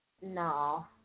No